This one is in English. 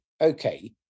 Okay